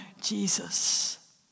Jesus